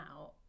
out